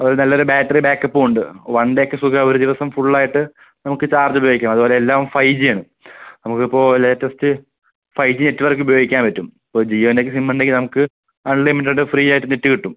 അതുപോലെ നല്ലൊരു battery back അപ്പും ഉണ്ട് വൺ ഡേയൊക്കെ സുഖമാണ് ഒരു ദിവസം ഫുള്ളായിട്ട് നമുക്ക് ചാർജ് ഉപയോഗിക്കാം അതുപോലെ എല്ലാം ഫൈ ജിയാണ് നമുക്കിപ്പോൾ latest five G network ഉപയോഗിക്കാൻ പറ്റും ഇപ്പോൾ ജീയോൻ്റെ ഒക്കെ സിം ഉണ്ടെങ്കിൽ നമുക്ക് അൺലിമിറ്റഡും ഫ്രീ ആയിട്ട് നെറ്റ് കിട്ടും